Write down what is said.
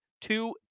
two